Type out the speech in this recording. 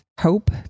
hope